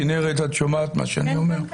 כנרת, את שומעת מה שאני אומר?